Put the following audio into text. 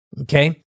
Okay